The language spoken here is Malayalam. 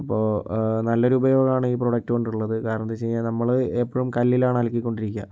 അപ്പോൾ നല്ലൊരു ഉപയോഗമാണ് ഈ പ്രൊഡക്ട് കൊണ്ടുള്ളത് കാരണം എന്ത് വച്ചു കഴിഞ്ഞാൽ നമ്മൾ എപ്പോഴും കല്ലിലാണ് അലക്കിക്കൊണ്ടിരിക്കുക